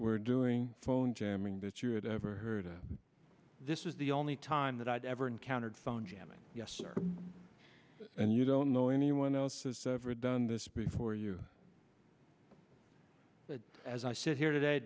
were doing phone jamming that you had ever heard of this is the only time that i've ever encountered phone jamming yes sir and you don't know anyone else has ever done this before you as i sit here today